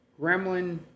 gremlin